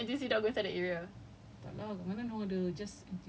ya I mean how can people go inside N_T_U_C without going inside the area